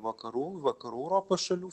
vakarų vakarų europos šalių